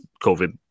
COVID